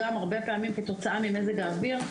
גם הרבה פעמים כתוצאה ממזג האוויר,